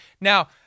Now